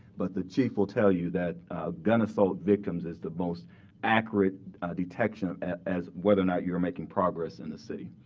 but the chief will tell you that gun assault victims is the most accurate detection as whether or not you're making progress in the city.